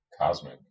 cosmic